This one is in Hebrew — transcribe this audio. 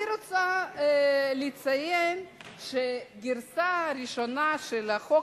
אני רוצה לציין שהגרסה הראשונה של החוק